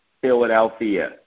Philadelphia